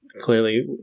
clearly